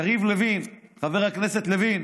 יריב לוין, חבר הכנסת לוין,